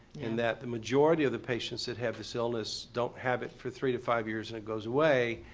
and that the majority of the patients that have this illness don't have it for three to five years and it goes away,